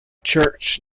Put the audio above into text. church